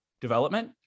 development